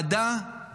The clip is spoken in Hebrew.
בוועדת